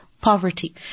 poverty